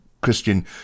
Christian